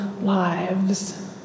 lives